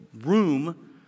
room